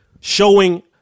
showing –